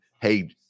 Hey